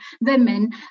women